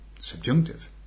subjunctive